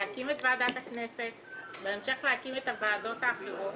אפשר להקים את ועדת הכנסת ובהמשך להקים את הוועדות האחרות.